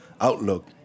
outlook